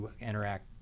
interact